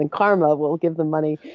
and karma will give the money.